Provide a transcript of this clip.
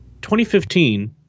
2015